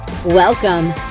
Welcome